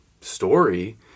story